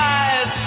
eyes